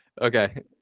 Okay